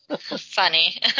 Funny